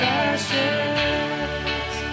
ashes